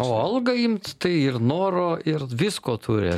o algą imt tai ir noro ir visko turi